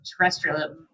terrestrial